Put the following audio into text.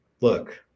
look